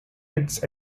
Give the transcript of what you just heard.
its